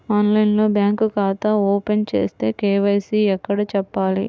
ఆన్లైన్లో బ్యాంకు ఖాతా ఓపెన్ చేస్తే, కే.వై.సి ఎక్కడ చెప్పాలి?